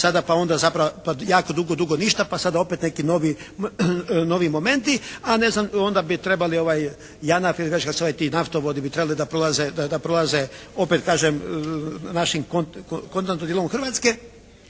sada pa onda, pa jako dugo, dugo ništa pa sada opet neki novi, novi momenti. A ne znam, onda bi trebali JANAF ili već kako se zovu ti naftovodi bi trebali da prolaze opet kažem našim kontinentalnim dijelom Hrvatske.